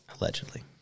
Allegedly